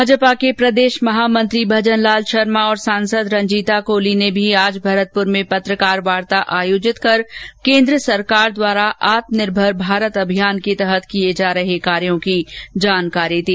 भारतीय जनता पार्टी के प्रदेश महामंत्री भजन लाल शर्मा और सांसद रंजीता कौली ने भी आज भरतपुर में पत्रकार वार्ता आयोजित कर केन्द्र सरकार द्वारा आत्मनिर्भर भारत अभियान के तहत किए जा रहे कार्यों की जानकारी दी